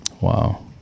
Wow